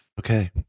Okay